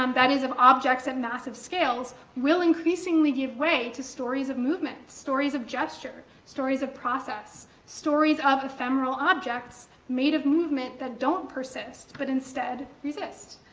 um that is, of objects at massive scales, will increasingly give way to stories of movement, stories of gesture, stories of process, stories of ephemeral objects made of movement that don't persist but instead resist.